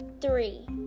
three